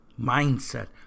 mindset